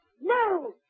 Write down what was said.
no